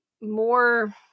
more